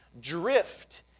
drift